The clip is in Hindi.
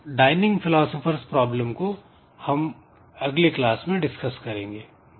इस डायनिंग फिलॉस्फर्स प्रॉब्लम को हम अगले क्लास में डिसकस करेंगे